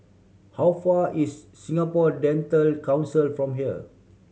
how far is Singapore Dental Council from here